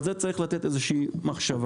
על זה צריך לתת איזושהי מחשבה.